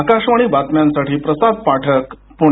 आकाशवाणी बातम्यांसाठी प्रसाद पाठक पुणे